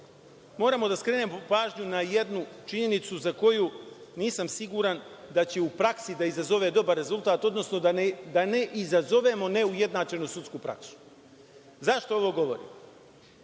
moramo da skrenemo pažnju na jednu činjenicu za koju nisam siguran da će u praksi da izazove dobar rezultat, odnosno da ne izazovemo neujednačenu sudsku praksu. Zašto ovo govorim? Prvo